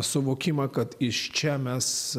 suvokimą kad iš čia mes